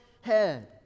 head